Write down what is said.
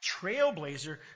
trailblazer